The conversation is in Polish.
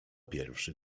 pierwszy